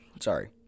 sorry